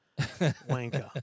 Wanker